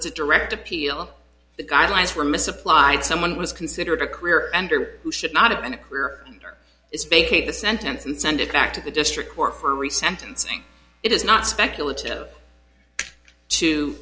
a direct appeal the guidelines were misapplied someone was considered a career ender who should not have been a career it's vacate the sentence and send it back to the district court for every sentence saying it is not speculative to